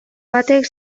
batek